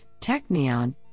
Technion